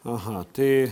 aha tai